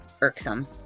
irksome